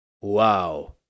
Wow